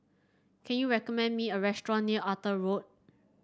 can you recommend me a restaurant near Arthur Road